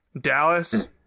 Dallas